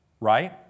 right